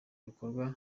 bikorwa